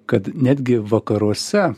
kad netgi vakaruose